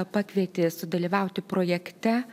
pakvietė sudalyvauti projekte